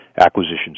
acquisitions